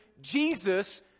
Jesus